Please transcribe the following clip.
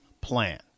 plan